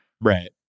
Right